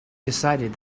decided